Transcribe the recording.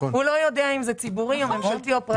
הוא לא יודע אם זה ציבורי או ממשלתי או פרטי.